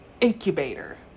Incubator